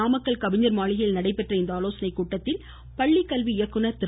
நாமக்கல் கவிஞர் மாளிகையில் நடைபெற்ற இந்த ஆலோசனைக்கூட்டத்தில் பள்ளி கல்வி இயக்குனர் திரு